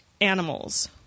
animals